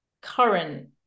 current